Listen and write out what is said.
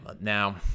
Now